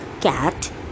cat